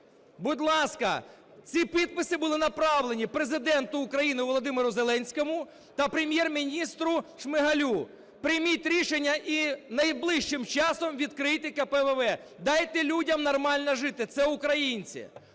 Будь ласка, ці підписи були направлені Президенту України Володимиру Зеленському та Прем'єр-міністру Шмигалю. Прийміть рішення і найближчим часом відкрийте КПВВ. Дайте людям нормально жити, це українці.